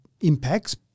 impacts